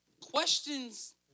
Questions